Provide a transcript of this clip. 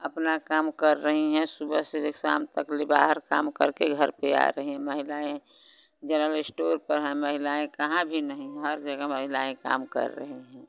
अपना काम कर रही हैं सुबह से लेके शाम तक ले बाहर काम करके घर पे आ रही हैं महिलाएँ जनरल इस्टोर पर हैं महिलाएँ कहाँ भी नहीं हैं हर जगह महिलाएँ काम कर रही हैं